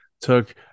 took